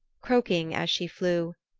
croaking as she flew,